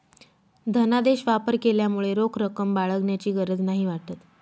धनादेश वापर केल्यामुळे रोख रक्कम बाळगण्याची गरज नाही वाटत